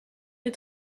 des